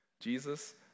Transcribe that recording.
Jesus